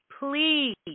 Please